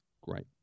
Great